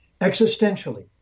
existentially